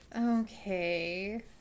okay